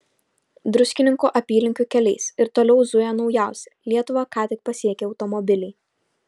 druskininkų apylinkių keliais ir toliau zuja naujausi lietuvą ką tik pasiekę automobiliai